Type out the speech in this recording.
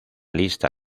lista